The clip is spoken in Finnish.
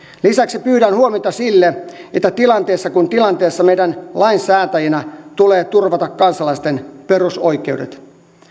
lisäksi pyydän huomiota sille että tilanteessa kuin tilanteessa meidän lainsäätäjinä tulee turvata kansalaisten perusoikeudet